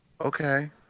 Okay